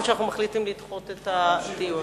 או שאנחנו מחליטים לדחות את הדיון?